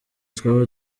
twaba